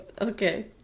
okay